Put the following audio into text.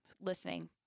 listening